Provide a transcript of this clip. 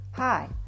Hi